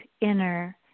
inner